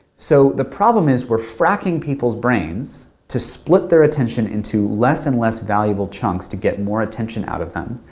so the problem is we're fracking people's brains to split their attention into less and less valuable chunks to get more attention out of them.